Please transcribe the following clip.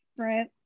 Right